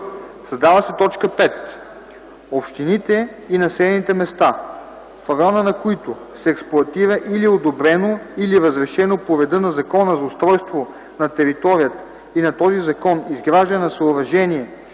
създава се т. 5: „5. общините и населените места, в района на които се експлоатира или е одобрено или разрешено по реда на Закона за устройство на територията и на този закон изграждане на съоръжение